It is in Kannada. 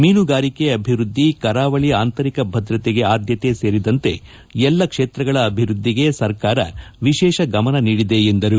ಮೀನುಗಾರಿಕೆ ಅಭಿವೃದ್ಧಿ ಕರಾವಳಿ ಆಂತರಿಕ ಭದ್ರತೆಗೆ ಆದ್ದತೆ ಸೇರಿದಂತೆ ಎಲ್ಲಾ ಕ್ಷೇತ್ರಗಳ ಅಭಿವೃದ್ಧಿಗೆ ಸರಕಾರ ವಿಶೇಷ ಗಮನ ನೀಡಿದೆ ಎಂದರು